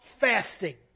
fasting